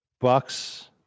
Bucks